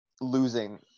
losing